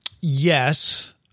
Yes